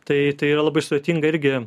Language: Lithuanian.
tai tai yra labai sudėtinga irgi